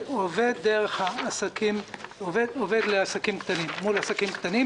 עובד מול עסקים קטנים.